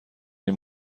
این